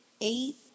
eight